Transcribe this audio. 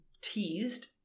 teased